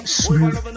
smooth